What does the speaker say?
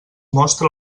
mostra